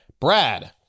Brad